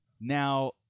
now